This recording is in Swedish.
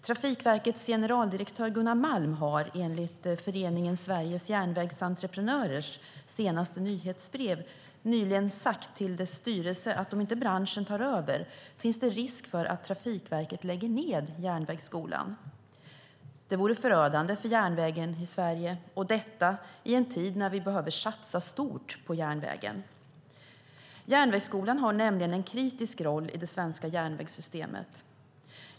Trafikverkets generaldirektör Gunnar Malm har enligt Föreningen Sveriges Järnvägsentreprenörers senaste nyhetsbrev nyligen sagt till dess styrelse att om inte branschen tar över finns risk för att Trafikverket lägger ned Järnvägsskolan. Det vore förödande för järnvägen i Sverige - detta i en tid när vi behöver satsa stort på järnvägen. Järnvägsskolan har nämligen en kritisk roll i det svenska järnvägssystemet.